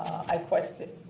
i request it.